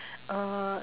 uh